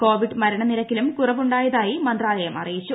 Covid മരണനിരക്കിലും കുറവുണ്ടായതായി മന്ത്രാലയം അറിയിച്ചു